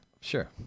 Sure